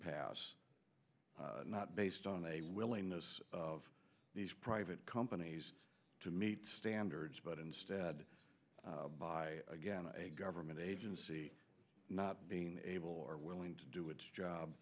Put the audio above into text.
passe not based on a willingness of these private companies to meet standards but instead by again a government agency not being able or willing to do its job